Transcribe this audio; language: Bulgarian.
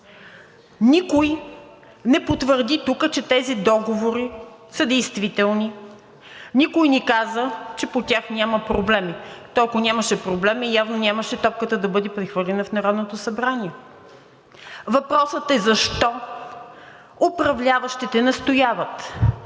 Никой не потвърди тук, че тези договори са действителни. Никой не каза, че по тях няма проблем. То, ако нямаше проблеми, явно нямаше топката да бъде прехвърлена в Народното събрание. Въпросът е защо управляващите настояват